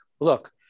Look